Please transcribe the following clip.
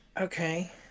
okay